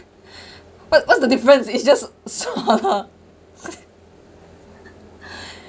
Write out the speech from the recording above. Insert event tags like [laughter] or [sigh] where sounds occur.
[breath] what what's the difference it's just [laughs] [breath]